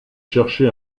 cherché